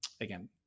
again